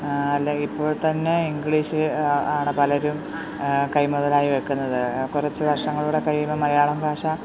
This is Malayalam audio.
അല്ല ഇപ്പോൾത്തന്നെ ഇംഗ്ലീഷ് ആണ് പലരും കൈമുതലായി വെയ്ക്കുന്നത് കുറച്ചുവർഷങ്ങൾ കൂടെ കഴിയുമ്പം മലയാളഭാഷ